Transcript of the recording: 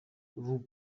vous